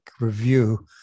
review